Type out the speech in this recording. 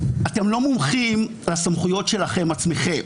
אתם לא מומחים בסמכויות שלכם עצמכם,